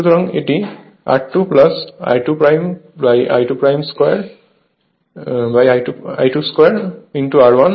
সুতরাং এটি R2 I2 I22 R1